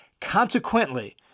Consequently